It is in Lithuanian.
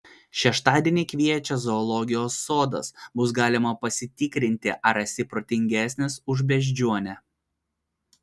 šeštadienį kviečia zoologijos sodas bus galima pasitikrinti ar esi protingesnis už beždžionę